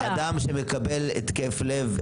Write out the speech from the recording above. אדם שמקבל התקף לב,